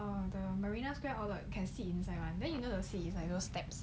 um the marina square hall you can sit inside [one] then you know you the seat inside those steps